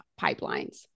pipelines